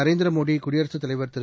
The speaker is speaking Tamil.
நரேந்திரமோடிகுடியரசுத் தலைவர் திரு